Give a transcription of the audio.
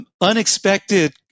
unexpected